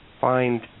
find